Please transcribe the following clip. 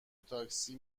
تاکسی